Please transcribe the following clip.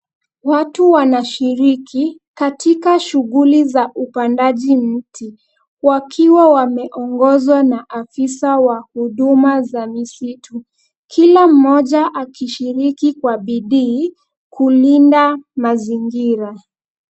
Watu wanashiriki katika shughuli za upandaji mti wakiwa wameongozwa na afisa wa huduma za misitu. Kila mmoja akishiriki kwa bidii kulinda mazingira.